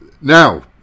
Now